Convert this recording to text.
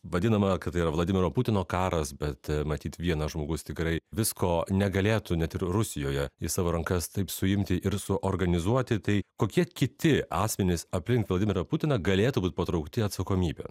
vadinama kad tai yra vladimiro putino karas bet matyt vienas žmogus tikrai visko negalėtų net ir rusijoje į savo rankas taip suimti ir suorganizuoti tai kokie kiti asmenys aplink vladimirą putiną galėtų būt patraukti atsakomybėn